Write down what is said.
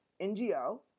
NGO